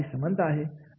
काय समानता आहेत